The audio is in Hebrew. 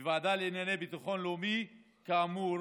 בוועדה לענייני ביטחון לאומי כאמור